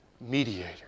mediator